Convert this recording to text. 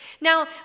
Now